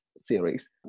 series